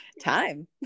time